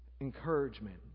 encouragement